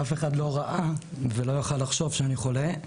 אף אחד לא ראה ולא יכול היה לחשוב שאני חולה.